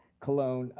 colon.